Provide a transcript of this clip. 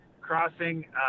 crossing